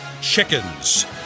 chickens